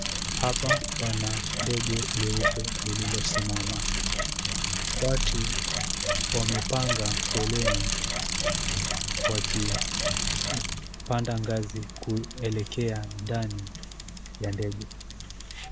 Hapa pana ndege jeupe lililosimama. Watu wamepanga foleni wakipanda ngazi kuelekea ndani ya ndege.